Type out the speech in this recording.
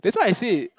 that's why I say